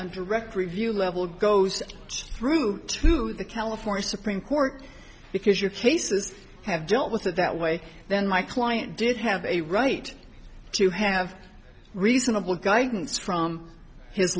and direct review level goes through to the california supreme court because your case is have just with it that way then my client does have a right to have reasonable guidance from his